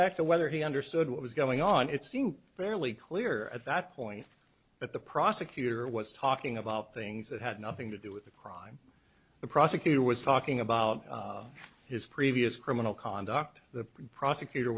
back to whether he understood what was going on it seemed fairly clear at that point that the prosecutor was talking about things that had nothing to do with the crime the prosecutor was talking about his previous criminal conduct the prosecutor